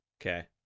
Okay